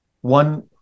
one